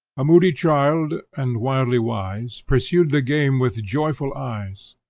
a moody child and wildly wise pursued the game with joyful eyes,